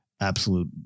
absolute